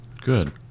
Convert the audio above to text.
Good